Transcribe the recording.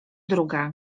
druga